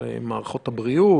במערכות הבריאות.